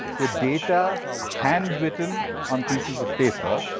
with data handwritten on pieces of paper,